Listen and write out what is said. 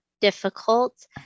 difficult